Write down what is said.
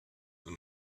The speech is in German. und